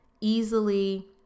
easily